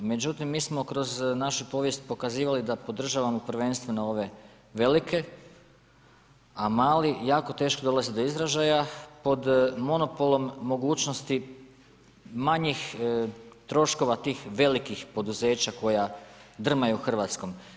Međutim mi smo kroz našu povijest pokazivali da podržavamo prvenstveno ove velike, a mali jako teško dolaze do izražaja pod monopolom mogućnosti manjih troškova tih velikih poduzeća koja drmaju Hrvatskom.